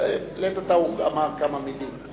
לעת עתה הוא אמר כמה מלים.